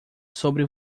sobre